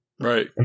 right